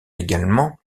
également